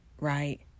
right